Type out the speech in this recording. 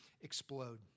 explode